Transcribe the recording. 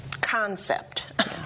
concept